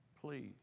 please